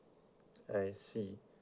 I see